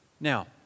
Now